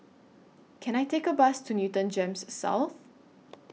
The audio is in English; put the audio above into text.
Can I Take A Bus to Newton Gems South